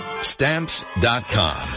Stamps.com